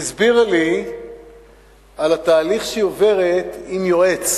והסבירה לי על התהליך שהיא עוברת עם יועץ,